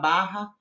Barra